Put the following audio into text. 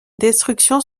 destructions